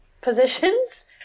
positions